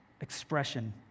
expression